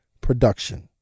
production